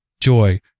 joy